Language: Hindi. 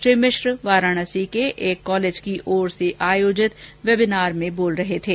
श्री मिश्र वाराणसी के एक कॉलेज की ओर से आयोजित वेबिनार में बोल रहे थे